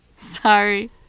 sorry